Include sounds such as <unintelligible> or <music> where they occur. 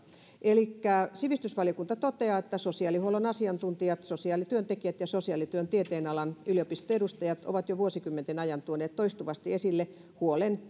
elikkä sivistysvaliokunta toteaa että sosiaalihuollon asiantuntijat sosiaalityöntekijät ja sosiaalityön tieteenalan yliopistoedustajat ovat jo vuosikymmenten ajan tuoneet toistuvasti esille huolen <unintelligible>